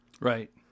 Right